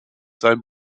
seinem